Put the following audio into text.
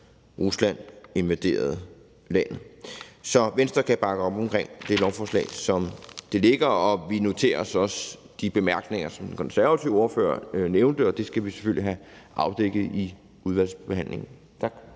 Rusland invaderede landet. Så Venstre kan bakke op omkring lovforslaget, som det ligger. Vi noterer os også de bemærkninger, som den konservative ordfører nævnte, og de ting skal vi selvfølgelig have afdækket i udvalgsbehandlingen. Tak.